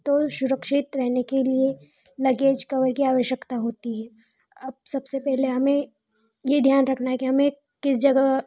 तो सुरक्षित रहने के लिए लगेज कवर की आवश्यकता होती है अब सबसे पहले हमें ये ध्यान रखना है कि हमें किस जगह